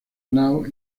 now